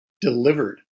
delivered